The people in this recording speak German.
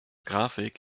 grafik